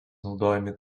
naudojami